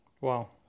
Wow